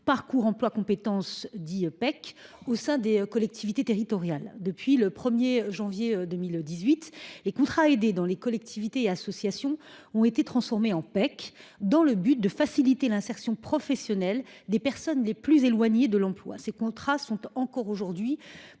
parcours emploi compétences » (PEC) au sein des collectivités territoriales. Depuis le 1 janvier 2018, les contrats aidés dans les collectivités et associations ont été transformés en PEC, afin de faciliter l’insertion professionnelle des personnes les plus éloignées de l’emploi. Pour des milliers de